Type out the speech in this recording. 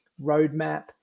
roadmap